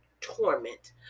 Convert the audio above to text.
torment